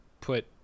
put